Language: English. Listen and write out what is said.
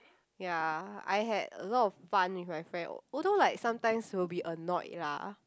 ya I had a lot of fun with my friend although like sometimes will be annoyed lah